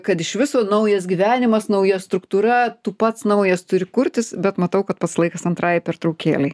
kad iš viso naujas gyvenimas nauja struktūra tu pats naujas turi kurtis bet matau kad pats laikas antrajai pertraukėlei